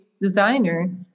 designer